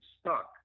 stuck